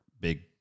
big